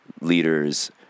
leaders